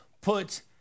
put